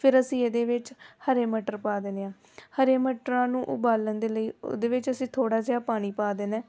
ਫਿਰ ਅਸੀਂ ਇਹਦੇ ਵਿੱਚ ਹਰੇ ਮਟਰ ਪਾ ਦੇਣੇ ਆ ਹਰੇ ਮਟਰਾਂ ਨੂੰ ਉਬਾਲਣ ਦੇ ਲਈ ਉਹਦੇ ਵਿੱਚ ਅਸੀਂ ਥੋੜ੍ਹਾ ਜਿਹਾ ਪਾਣੀ ਪਾ ਦੇਣਾ